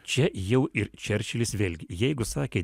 čia jau ir čerčilis vėlgi jeigu sakė